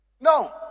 No